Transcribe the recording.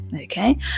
okay